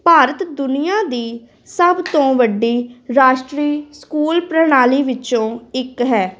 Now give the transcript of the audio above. ਭਾਰਤ ਦੁਨੀਆ ਦੀ ਸਭ ਤੋਂ ਵੱਡੀ ਰਾਸ਼ਟਰੀ ਸਕੂਲ ਪ੍ਰਣਾਲੀ ਵਿੱਚੋਂ ਇੱਕ ਹੈ